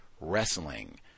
wrestling